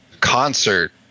concert